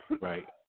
right